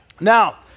Now